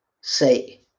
say